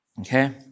okay